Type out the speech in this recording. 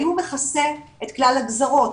האם הוא מכסה את כלל הגזרות,